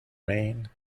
main